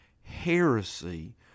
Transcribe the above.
heresy